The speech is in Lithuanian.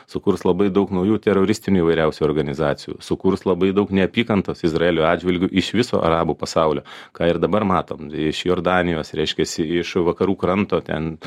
sukurs labai daug naujų teroristinių įvairiausių organizacijų sukurs labai daug neapykantos izraelio atžvilgiu iš viso arabų pasaulio ką ir dabar matom iš jordanijos reiškiasi iš vakarų kranto ten